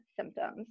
symptoms